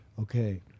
okay